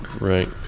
right